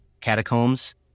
catacombs